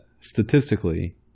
statistically